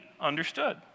understood